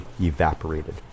evaporated